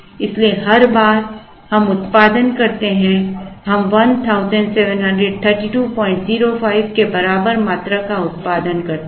इसलिए हर बार हम उत्पादन करते हैं हम 173205 के बराबर मात्रा का उत्पादन करते हैं